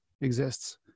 exists